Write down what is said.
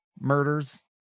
murders